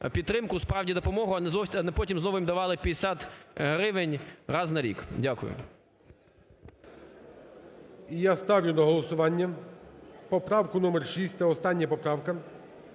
підтримку, справді, допомогу, а не потім знову їм давали 50 гривень раз на рік. Дякую. ГОЛОВУЮЧИЙ. І я ставлю на голосування поправку номер 6, це остання поправка,